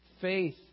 Faith